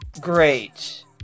great